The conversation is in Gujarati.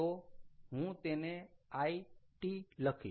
તો હું તેને It લખીશ